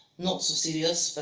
not so serious,